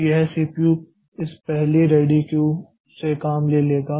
तो जब यह सीपीय् इस पहली रेडी क्यू से काम ले लेगा